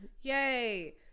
Yay